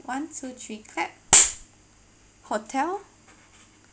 one two three clap hotel